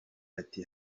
ati